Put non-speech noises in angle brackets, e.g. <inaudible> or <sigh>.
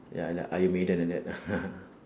ya like iron maiden like that lah <laughs>